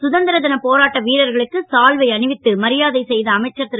கதந்தர ன போராட்ட வீரர்களுக்கு சால்வை அணிவித்து மரியாதை செ த அமைச்சர் ரு